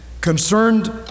concerned